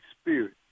spirit